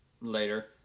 later